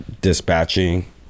dispatching